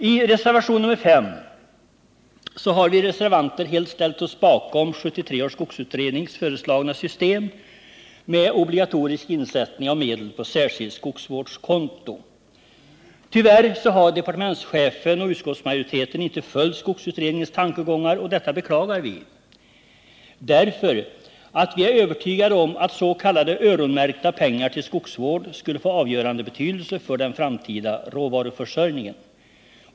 I reservation nr 5 har vi reservanter helt ställt oss bakom 1973 års skogsutrednings föreslagna system med obligatorisk insättning av medel på särskilt skogsvårdskonto. Tyvärr har departementschefen och utskottsmajoriteten inte följt skogsutredningens tankegångar, och detta beklagar vi. Vi gör det därför att vi är övertygade om att s.k. öronmärkta pengar till skogsvård skulle få avgörande betydelse för den framtida råvaruförsörjningen.